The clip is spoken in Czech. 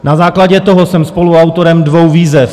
Na základě toho jsem spoluautorem dvou výzev.